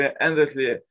endlessly